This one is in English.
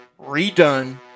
Redone